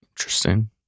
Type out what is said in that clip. Interesting